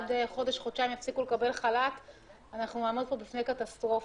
עוד חודש-חודשיים יפסיקו לקבל חל"ת ואנחנו נעמוד בפני קטסטרופה.